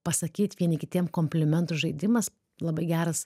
pasakyt vieni kitiem komplimentus žaidimas labai geras